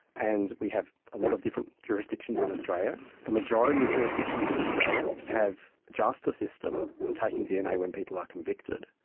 and we have a lot of different jurisdictions in australia. the majority of jurisdictions in australia have just a system for taking dna when people are convicted,